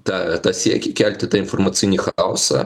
tą siekį kelti tą informacinį chaosą